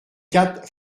quatre